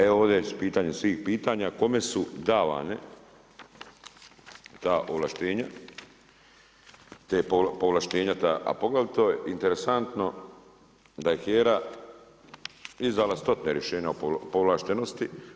E ovdje je pitanje svih pitanja, kome su davane ta ovlaštenja, ta povlaštena, ta, a poglavito je interesantno, da je HERA izdala stotina rješenja o povlaštenosti.